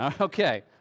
Okay